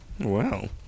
Wow